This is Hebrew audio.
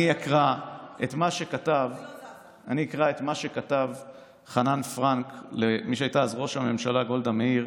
אני אקרא את מה שכתב חנן פרנק למי שהייתה אז ראש הממשלה גולדה מאיר,